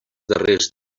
darrers